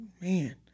man